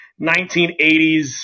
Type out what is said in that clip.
1980s